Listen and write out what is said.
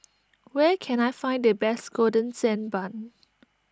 where can I find the best Golden Sand Bun